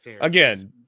again